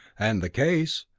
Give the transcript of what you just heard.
and the case,